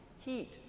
heat